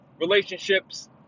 relationships